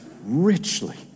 richly